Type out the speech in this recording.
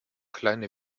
kleine